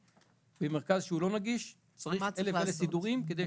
במרכז שהוא לא נגיש צריכים סידורים אלה ואלה,